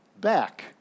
back